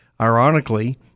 Ironically